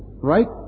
Right